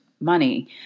money